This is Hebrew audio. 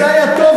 הם עשו בנייה,